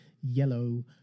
yellow